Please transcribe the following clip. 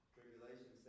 tribulation